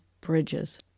bridges